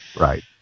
Right